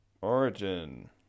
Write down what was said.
Origin